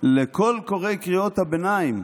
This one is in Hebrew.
לכל קוראי קריאות הביניים